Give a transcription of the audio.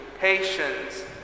patience